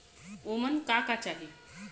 ओमन का का चाही?